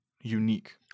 unique